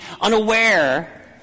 unaware